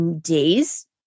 days